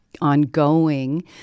ongoing